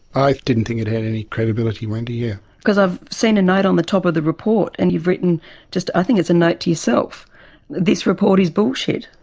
i didn't think it any credibility, wendy, yeah. because i've seen a note on the top of the report, and you've written just i think it's a note to yourself this report is bullshit.